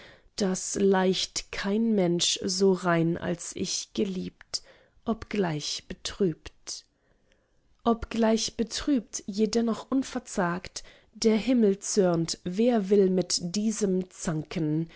daß leicht kein mensch so rein als ich geliebt obgleich betrübt obgleich betrübt jedennoch unverzagt der himmel zürnt wer will mit diesem zanken